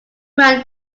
man